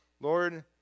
Lord